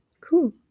Cool